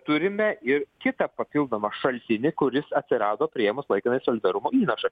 turime ir kitą papildomą šaltinį kuris atsirado priėmus laikiną solidarumo įnašą